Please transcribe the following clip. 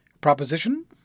Proposition